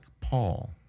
Paul